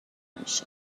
میشه